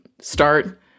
start